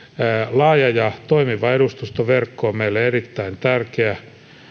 laaja ja toimiva edustustoverkko on meille erittäin tärkeä